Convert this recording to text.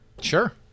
Sure